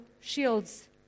shields